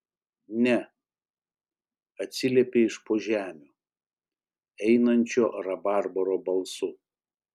ne atsiliepė iš po žemių einančiu rabarbaro balsu